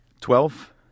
Twelve